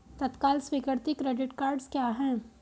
तत्काल स्वीकृति credit cards क्या हैं?